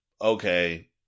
okay